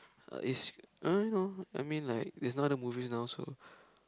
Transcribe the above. is I don't know I mean like there's no other movies so